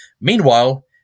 Meanwhile